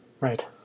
right